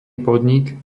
podnik